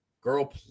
girl